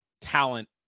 talent